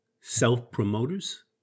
self-promoters